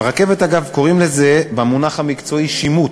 ברכבת, אגב, קוראים לזה במונח המקצועי "שימוט".